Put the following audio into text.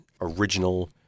original